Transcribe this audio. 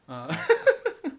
uh